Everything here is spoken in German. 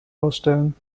ausstellen